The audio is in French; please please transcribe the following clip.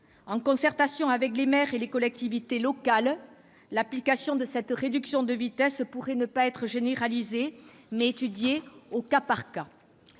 En concertation avec les maires et les collectivités locales, l'application de cette mesure de réduction de la vitesse pourrait ne pas être généralisée, mais étudiée au cas par cas.